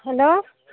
hello